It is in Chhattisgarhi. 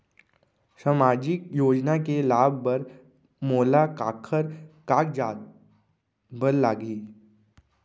सामाजिक योजना के लाभ बर मोला काखर कागजात बर लागही?